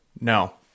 No